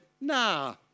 nah